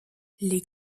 les